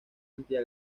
amplia